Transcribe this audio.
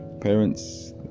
parents